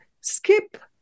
skip